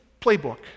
playbook